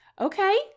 Okay